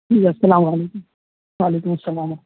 جی السلام علیکم و علیکم السلام